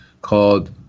called